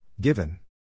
Given